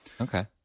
Okay